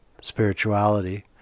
spirituality